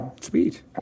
Sweet